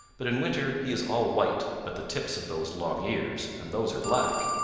but in winter he is all white but the tips of those long ears, and those are black.